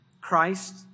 Christ